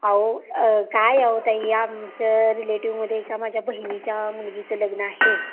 अहो काय अहो ताई आमचं रिलेटिव्हमध्ये एका माझ्या बहिणीच्या मुलगीचं लग्न आहे